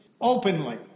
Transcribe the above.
openly